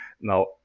now